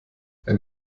ein